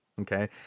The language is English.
Okay